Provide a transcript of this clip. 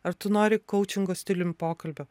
ar tu nori koučingo stilium pokalbio